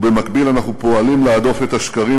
ובמקביל אנחנו פועלים להדוף את השקרים